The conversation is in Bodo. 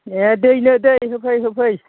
एह दै नो दै होफै होफै